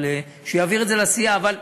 שיעביר את זה לסיעה.